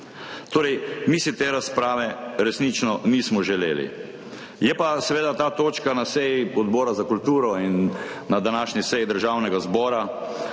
Torej, mi si te razprave resnično nismo želeli, je pa seveda ta točka na seji Odbora za kulturo in na današnji seji Državnega zbora